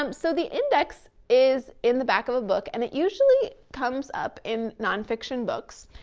um so the index is in the back of the book and it usually comes up in non-fiction books.